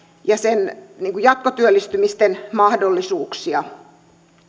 ja jatkotyöllistymisen mahdollisuuksia